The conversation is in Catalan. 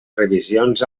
revisions